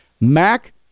Mac